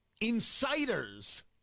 insiders